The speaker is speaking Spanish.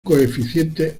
coeficiente